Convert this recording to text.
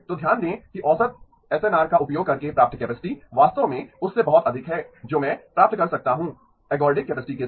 तो ध्यान दें कि औसत एसएनआर का उपयोग करके प्राप्त कैपेसिटी वास्तव में उससे बहुत अधिक है जो मैं प्राप्त कर सकता हूं एर्गोडिक कैपेसिटी के साथ